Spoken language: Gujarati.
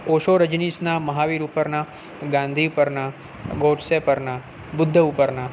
ઓશો રજનિસના મહાવીર ઉપરના ગાંધી પરના ગોડસે પરના બુદ્ધ ઉપરના